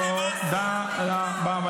--- תודה רבה.